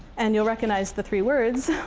and you'll recognize the three words.